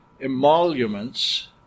emoluments